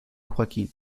joaquín